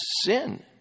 sin